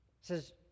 says